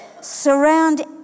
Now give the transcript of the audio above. Surround